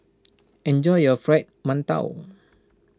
enjoy your Fried Mantou